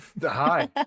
Hi